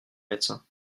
médecin